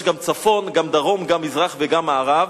יש גם צפון, גם דרום, גם מזרח וגם מערב,